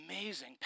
amazing